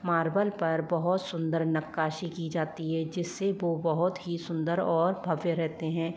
marble पर बहुत सुंदर नक्काशी की जाती है जिससे वो बहुत ही सुंदर और भव्य रहते हैं